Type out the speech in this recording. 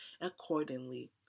accordingly